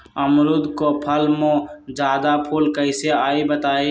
अमरुद क फल म जादा फूल कईसे आई बताई?